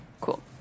Cool